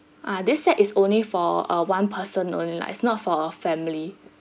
ah this set is only for a one person only lah it's not for family